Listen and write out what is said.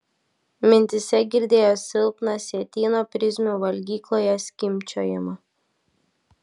mintyse girdėjo silpną sietyno prizmių valgykloje skimbčiojimą